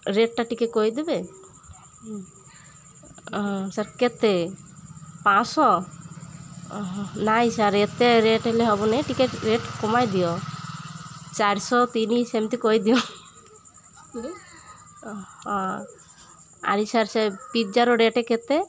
ରେଟ୍ଟା ଟିକେ କହିଦେବେ ହଁ ସାର୍ କେତେ ପାଞ୍ଚଶହ ନାଇଁ ସାର୍ ଏତେ ରେଟ୍ ହେଲେ ହବନି ଟିକେ ରେଟ୍ କମାଇ ଦିଅ ଚାରିଶହ ତିନି ସେମିତି କରିଦିଅ ହଁ ଆରୁ ସାର୍ ସେ ପିଜ୍ଜାର ରେଟ୍ କେତେ